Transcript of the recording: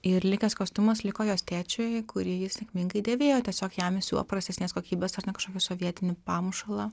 ir likęs kostiumas liko jos tėčiui kurį jis sėkmingai dėvėjo tiesiog jam įsiuvo prastesnės kokybės ar ne kažkokį sovietinį pamušalą